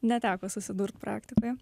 neteko susidurt praktikoje